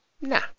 Nah